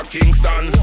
Kingston